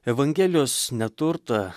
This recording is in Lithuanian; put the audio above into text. evangelijos neturtą